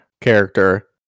character